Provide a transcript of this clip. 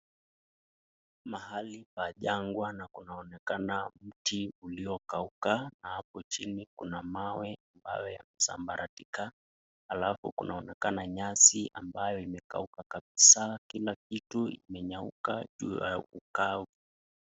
Mahali pa jangwa na kunaonekana mti uliokauka. Na hapo chini kuna mawe yamesambaratika. Alafu kunaonekana nyasi ambayo imekauka kabisa. Kila kitu imenyauka juu ya ukavu.